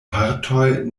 partoj